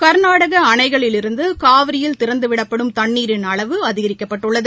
கர்நாடகஅணைகளிலிருந்துகாவிரியில் திறந்துவிடப்படும் தண்ணீரின் அளவு அதிகரிக்கப்பட்டுள்ளது